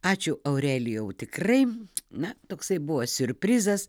ačiū aurelijau tikrai na toksai buvo siurprizas